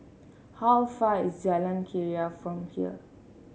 how far is Jalan Keria from here